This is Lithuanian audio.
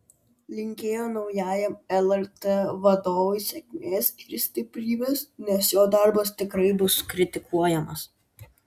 linkėjo naujajam lrt vadovui sėkmės ir stiprybės nes jo darbas tikrai bus kritikuojamas